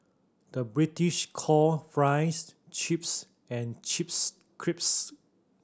the British call fries chips and chips crisps